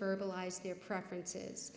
verbalize their preferences